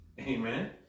amen